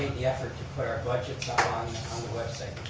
yeah effort to put our budgets on the website,